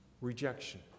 Rejection